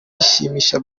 bishimisha